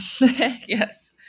Yes